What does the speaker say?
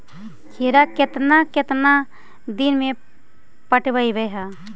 खिरा केतना केतना दिन में पटैबए है?